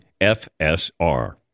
FSR